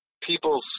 people's